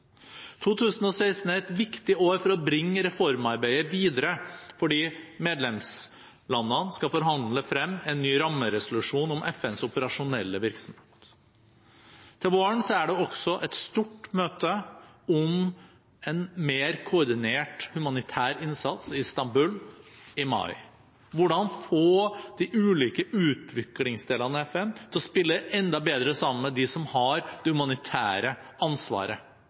2016 er et viktig år for å bringe reformarbeidet videre, fordi medlemslandene skal forhandle frem en ny rammeresolusjon om FNs operasjonelle virksomhet. Til våren – i Istanbul i mai – er det også et stort møte om en mer koordinert humanitær innsats, hvordan få de ulike utviklingsdelene av FN til å spille enda bedre sammen med dem som har det humanitære ansvaret.